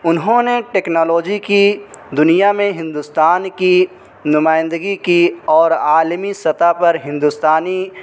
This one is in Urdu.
انہوں نے ٹیکنالوجی کی دنیا میں ہندوستان کی نمائندگی کی اور عالمی سطح پر ہندوستانی